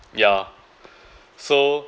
yeah so